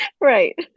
right